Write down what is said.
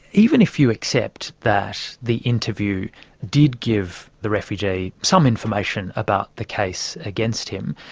even if you accept that the interview did give the refugee some information about the case against him,